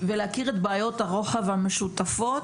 ולהכיר את בעיות הרוחב המשותפות,